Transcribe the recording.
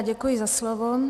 Děkuji za slovo.